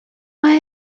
why